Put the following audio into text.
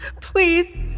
Please